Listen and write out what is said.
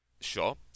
Sure